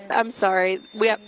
i'm sorry. we have,